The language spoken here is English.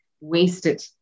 wasted